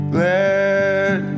let